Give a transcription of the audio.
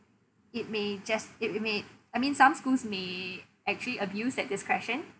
it may just it will may I mean some schools may actually abused that discretion